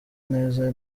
neza